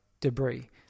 debris